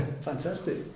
Fantastic